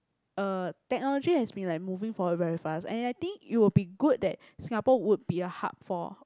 uh technology has been like moving forward very fast and I think it will be good that Singapore would be a hub for